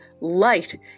light